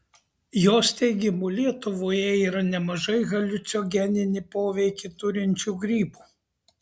jos teigimu lietuvoje yra nemažai haliucinogeninį poveikį turinčių grybų